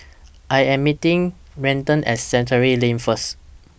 I Am meeting Raiden At Chancery Lane First